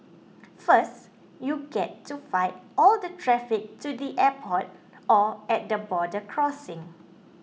first you get to fight all the traffic to the airport or at the border crossing